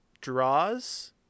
draws